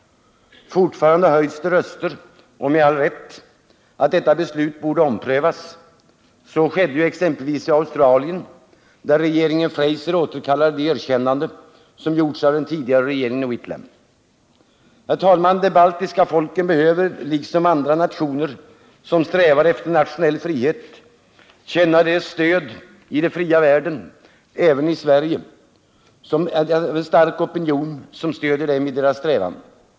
Fortfarande höjs röster — och det med rätta — för att detta beslut borde omprövas. Så skedde ju exempelvis i Australien, där regeringen Fraser återkallade det erkännande som gjorts av den tidigare regeringen Whitlam. Herr talman! De baltiska folken behöver liksom andra nationer som strävar efter nationell frihet känna att det i den fria världen —-även i Sverige — finns en stark opinion, som stöder dem i deras strävan.